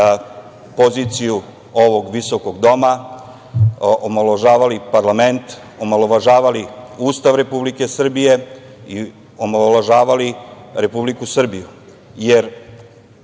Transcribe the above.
poziciju ovog visokog doma, omalovažavali parlament, omalovažavali Ustav Republike Srbije i omalovažavali Republiku Srbiju,